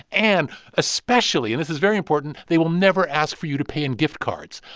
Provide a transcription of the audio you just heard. and especially and this is very important they will never ask for you to pay in gift cards.